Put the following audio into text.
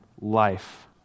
life